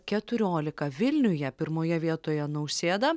keturiolika vilniuje pirmoje vietoje nausėda